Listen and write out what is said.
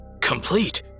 complete